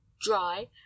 dry